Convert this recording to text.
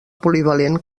polivalent